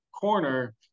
corner